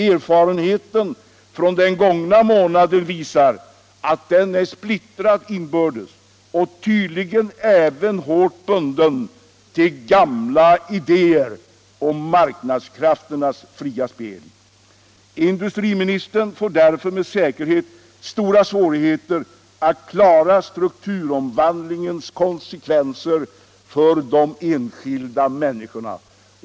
Erfarenheten från den gångna månaden visar att den är splittrad inbördes och tydligen även hårt bunden till gamla idéer om marknadskrafternas fria spel. Industriministern får därför med säkerhet stora svårigheter att klara strukturomvandlingens konsekvenser för de enskilda människorna.